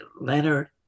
Leonard